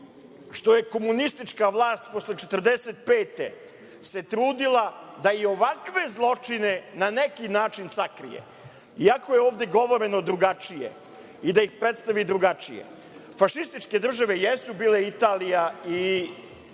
što se komunistička vlast posle 1945. godine trudila da i ovakve zločine na neki način sakrije, iako je ovde govoreno drugačije, i da ih predstavi drugačije. Fašističke države jesu bile Italija i